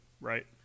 right